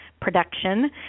production